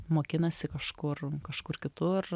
mokinasi kažkur kažkur kitur